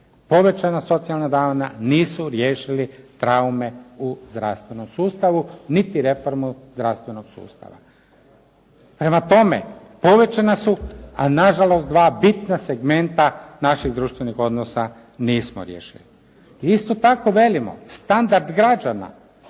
povećana socijalna davanja nisu riješili traume u zdravstvenom sustavu niti reformu zdravstvenog sustava. Prema tome povećana su a nažalost dva bitna segmenta naših društvenih odnosa nismo riješili. Isto tako velimo standard građana